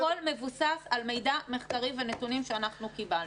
הכול מבוסס על מידע מחקרי ונתונים שאנחנו קיבלנו.